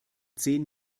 zehn